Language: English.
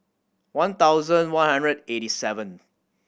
one thousand one hundred eighty seventh